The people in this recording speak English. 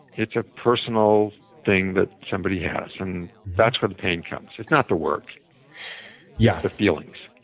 it's a personal thing that somebody has, and that's where the pain comes. it's not the work yeah the feelings.